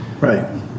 Right